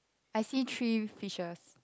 I see three fishes